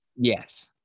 Yes